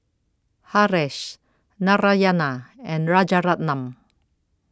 Haresh Narayana and Rajaratnam